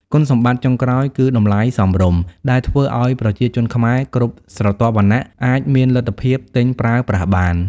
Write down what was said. គុណសម្បត្តិចុងក្រោយគឺ តម្លៃសមរម្យ ដែលធ្វើឱ្យប្រជាជនខ្មែរគ្រប់ស្រទាប់វណ្ណៈអាចមានលទ្ធភាពទិញប្រើប្រាស់បាន។